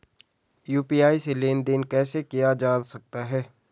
UPI से लेनदेन कैसे किया जा सकता है?